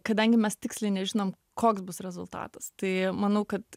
kadangi mes tiksliai nežinom koks bus rezultatas tai manau kad